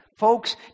Folks